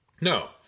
no